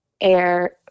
air